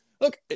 look